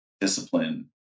discipline